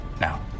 Now